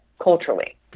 culturally